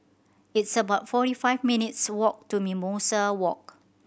it's about forty five minutes' walk to Mimosa Walk